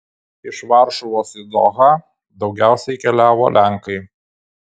iš varšuvos į dohą daugiausiai keliavo lenkai